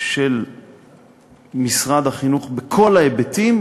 של משרד החינוך בכל ההיבטים,